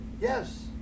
Yes